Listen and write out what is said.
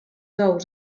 ous